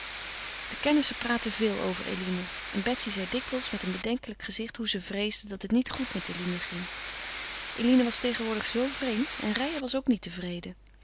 de kennissen praatten veel over eline en betsy zeide dikwijls met een bedenkelijk gezicht hoe ze vreesde dat het niet goed met eline ging eline was tegenwoordig zoo vreemd en reijer was ook niet tevreden